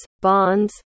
bonds